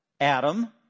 Adam